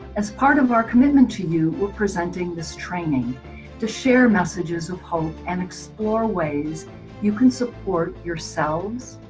as part of our commitment to you we're presenting this training to share messages of hope and explore ways you can support yourselves,